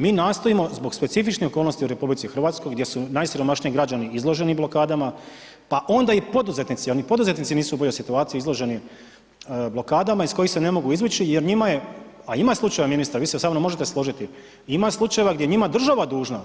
Mi nastojimo zbog specifičnih okolnosti u RH gdje su najsiromašniji građani izloženi blokadama, pa ona i poduzetnici, oni poduzetnici nisu u boljoj situaciji, izloženi blokadama iz kojih se ne mogu izvući jer njima je, a ima slučaja ministre, vi se sa mnom možete složiti, ima slučajeva gdje je njima država dužna,